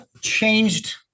changed